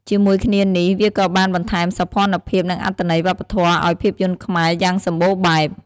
ជាមួយគ្នានេះ វាក៏បាន បន្ថែមសោភ័ណភាព និងអត្ថន័យវប្បធម៌ឱ្យភាពយន្តខ្មែរ យ៉ាងសម្បូរបែប។